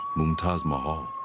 mumtaz mahal.